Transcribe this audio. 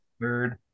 Third